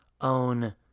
own